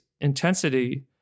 intensity